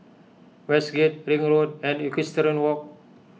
Westgate Ring Road and Equestrian Walk